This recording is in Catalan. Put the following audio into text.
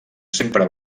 sempre